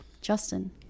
Justin